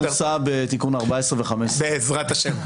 בסדר.